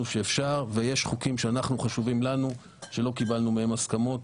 שאפשר ויש חוקים שחשובים לנו שלא קיבלנו מהם הסכמות